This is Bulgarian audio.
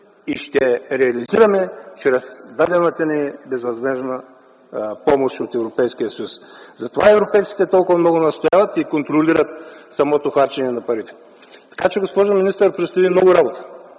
и ще реализираме чрез дадената ни безвъзмездна помощ от Европейския съюз? Затова европейците толкова много настояват и контролират самото харчене на парите. Госпожо министър, предстои Ви много работа.